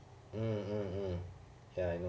mm mm mm ya I know I know